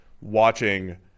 watching